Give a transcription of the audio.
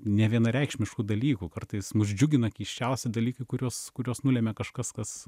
nevienareikšmiškų dalykų kartais mus džiugina keisčiausi dalykai kuriuos kuriuos nulemia kažkas kas